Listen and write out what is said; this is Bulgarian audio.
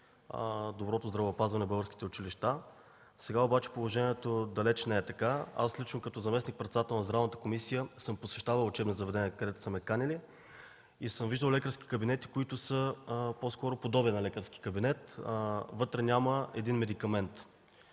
доброто здравеопазване в българските училища. Сега обаче положението далеч не е така. Аз лично като заместник-председател на Здравната комисия съм посещавал учебни заведения, където са ме канили, и съм виждал лекарски кабинети, които са по-скоро подобие на лекарски кабинет – вътре няма един медикамент.